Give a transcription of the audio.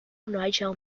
nigel